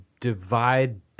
divide